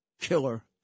killer